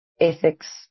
ethics